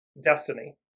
Destiny